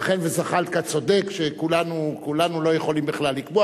ייתכן שזחאלקה צודק, שכולנו לא יכולים בכלל לקבוע.